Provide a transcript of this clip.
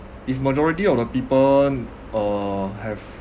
if majority of the people uh have